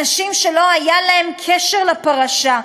אנשים שלא היה להם קשר לפרשה,